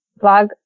blog